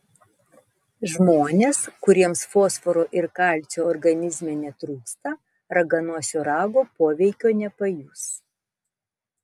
žmonės kuriems fosforo ir kalcio organizme netrūksta raganosio rago poveikio nepajus